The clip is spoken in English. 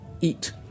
eat